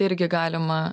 irgi galima